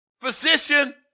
physician